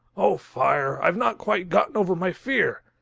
oh fire, i've not quite gotten over my fear!